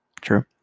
true